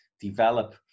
develop